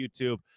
YouTube